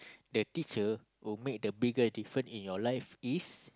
the teacher who make the biggest different in your life is